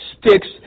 sticks